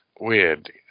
Weird